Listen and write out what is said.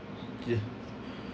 yeah